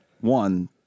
one